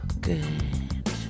Good